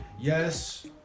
Yes